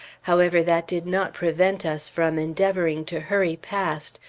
however, that did not prevent us from endeavoring to hurry past,